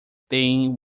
being